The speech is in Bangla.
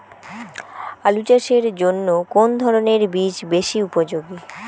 আলু চাষের জন্য কোন ধরণের বীজ বেশি উপযোগী?